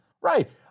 Right